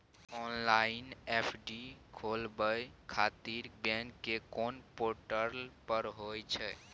Online FD खोलाबय खातिर bank के कोन पोर्टल पर होए छै?